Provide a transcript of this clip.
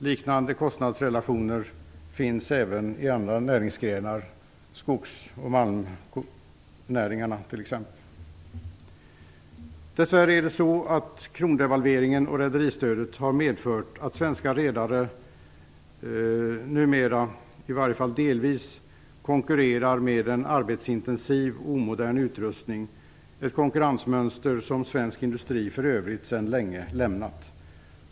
Liknande kostnadsrelationer finns även inom andra näringsgrenar, t.ex. skogs och malmnäringarna. Dess värre är det så att krondevalveringen och rederistödet har medfört att svenska redare numera, i varje fall delvis, konkurrerar med en arbetsintensiv och omodern utrustning - ett konkurrensmönster som svensk industri i övrigt sedan länge lämnat.